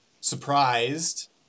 surprised